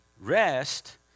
Rest